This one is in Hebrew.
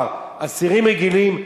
בתי-הסוהר אסירים רגילים,